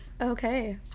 okay